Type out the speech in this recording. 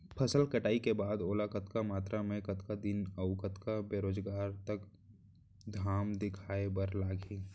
फसल कटाई के बाद ओला कतका मात्रा मे, कतका दिन अऊ कतका बेरोजगार तक घाम दिखाए बर लागही?